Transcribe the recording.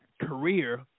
career